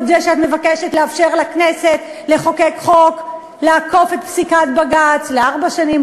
זה שאת מבקשת לאפשר לכנסת לחוקק חוק לעקוף את פסיקת בג"ץ לארבע שנים,